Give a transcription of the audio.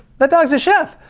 that dog's a chef.